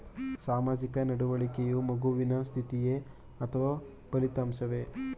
ಸಾಮಾಜಿಕ ನಡವಳಿಕೆಯು ಮಗುವಿನ ಸ್ಥಿತಿಯೇ ಅಥವಾ ಫಲಿತಾಂಶವೇ?